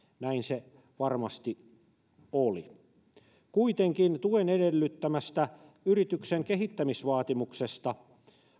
näin se varmasti oli kuitenkin tuen edellyttämästä yrityksen kehittämisvaatimuksesta